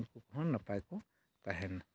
ᱩᱱᱠᱩ ᱠᱚᱦᱚᱸ ᱱᱟᱯᱟᱭ ᱠᱚ ᱛᱟᱦᱮᱱᱟ